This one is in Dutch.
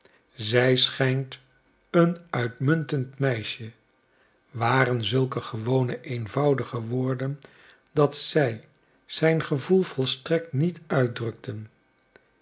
zij schijnt een uitmuntend meisje waren zulke gewone eenvoudige woorden dat zij zijn gevoel volstrekt niet uitdrukten